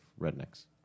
rednecks